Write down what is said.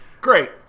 great